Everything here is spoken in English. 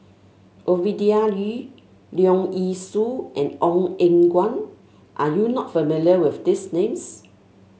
Ovidia Yu Leong Yee Soo and Ong Eng Guan are you not familiar with these names